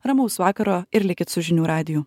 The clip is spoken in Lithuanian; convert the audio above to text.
ramaus vakaro ir likit su žinių radiju